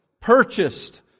purchased